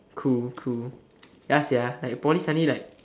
cool cool ya sia like poly suddenly like